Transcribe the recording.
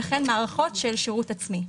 וכן מערכות של שירות עצמי.